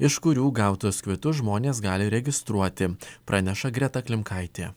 iš kurių gautus kvitus žmonės gali registruoti praneša greta klimkaitė